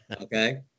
Okay